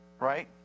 right